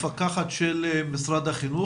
המפקחת של משרד החינוך?